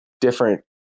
different